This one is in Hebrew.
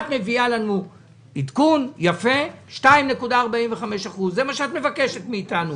את מביאה לנו עדכון יפה של 2.45%. זה מה שאת מבקשת מאיתנו.